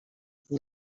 وول